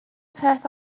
peth